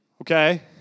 Okay